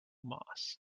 moss